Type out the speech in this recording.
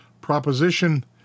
proposition